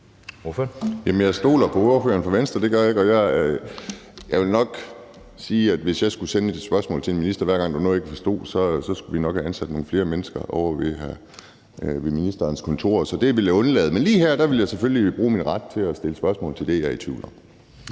jeg stoler på ordføreren for Venstre – det gør jeg – og jeg vil nok sige, at hvis jeg skulle sende et spørgsmål til en minister, hver gang der var noget, jeg ikke forstod, skulle vi nok ansætte nogle flere mennesker ovre ved ministerens kontor, så det vil jeg undlade. Men lige her vil jeg selvfølgelig bruge min ret til at stille spørgsmål til det, jeg er i tvivl om.